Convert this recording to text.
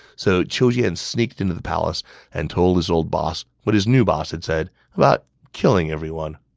so qiu jian sneaked into the palace and told his old boss what his new boss had said about killing everyone.